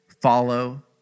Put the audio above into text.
follow